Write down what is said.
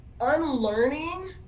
unlearning